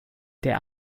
der